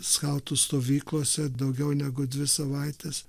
skautų stovyklose daugiau negu dvi savaites